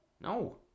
No